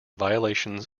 violations